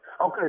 Okay